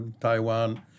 Taiwan